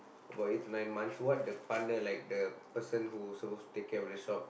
about eight to nine months what the partner like the person who is supposed to take care of the shop